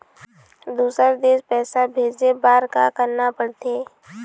दुसर देश पैसा भेजे बार का करना पड़ते?